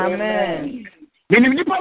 Amen